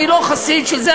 אני לא חסיד של זה,